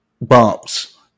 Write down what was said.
bumps